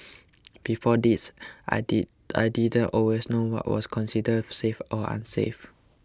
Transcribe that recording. before this I did I didn't always know what was considered safe or unsafe